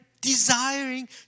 desiring